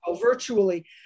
virtually